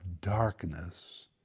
darkness